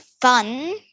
fun